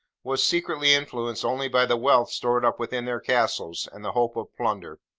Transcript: was secretly influenced only by the wealth stored up within their castles, and the hope of plunder.